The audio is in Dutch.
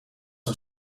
een